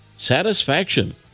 Satisfaction